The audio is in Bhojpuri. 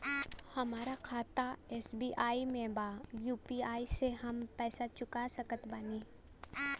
हमारा खाता एस.बी.आई में बा यू.पी.आई से हम पैसा चुका सकत बानी?